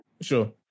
Sure